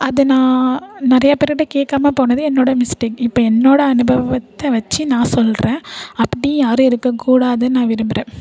அதை நான் நிறையா பேருகிட்ட கேட்காம போனது என்னோடய மிஸ்டேக் இப்போ என்னோடய அனுபவத்தை வச்சு நான் சொல்கிறேன் அப்படி யாரும் இருக்கக்கூடாது நான் விரும்புகிறேன்